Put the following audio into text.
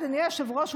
אדוני היושב-ראש,